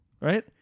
right